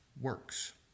works